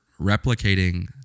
replicating